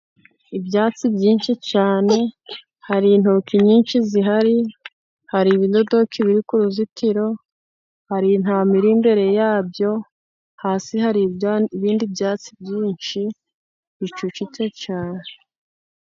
Ibyatsi byinshi cyane, hari intoki nyinshi zihari, hari ibidodoki biri ku ruzitiro, hari intama iri imbere ya byo, hasi hari ibindi byatsi byinshi bicucitse cyane.